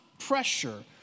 Pressure